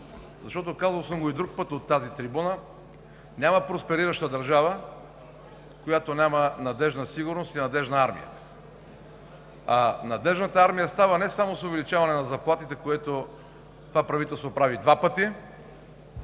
Казвал съм и друг път от тази трибуна: няма просперираща държава, която няма надеждна сигурност и надеждна армия, а надеждната армия става не само с увеличаване на заплатите, което това правителство прави два пъти.